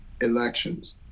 elections